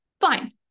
fine